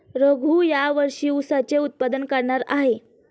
रघू या वर्षी ऊसाचे उत्पादन करणार आहे